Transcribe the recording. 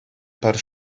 пӗр